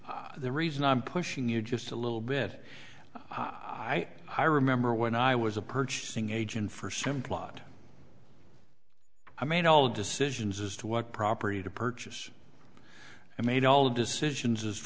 the reason i'm pushing you just a little bit i i remember when i was a purchasing agent for simplot i made all the decisions as to what property to purchase i made all the decisions